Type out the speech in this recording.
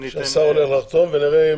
שהשר הולך לחתום ונראה,